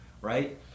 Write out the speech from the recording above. right